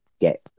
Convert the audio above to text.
get